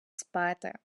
спати